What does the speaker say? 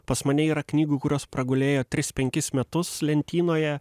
pas mane yra knygų kurios pragulėjo tris penkis metus lentynoje